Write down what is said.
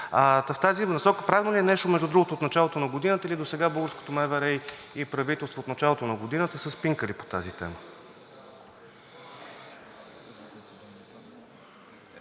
В тази насока правено ли е нещо между другото от началото на годината, или досега българското МВР и правителството от началото на годината са спинкали по тази тема?